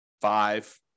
five